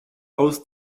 aus